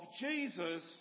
Jesus